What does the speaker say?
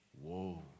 Whoa